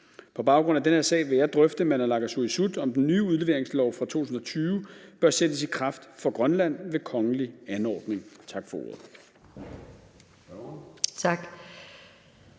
På baggrund af den her sag vil jeg drøfte med naalakkersuisut, om den nye udleveringslov fra 2020 bør sættes i kraft for Grønland ved kongelig anordning. Tak for ordet.